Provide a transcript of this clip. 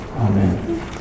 Amen